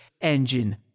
engine